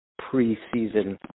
preseason